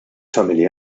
familja